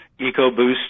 EcoBoost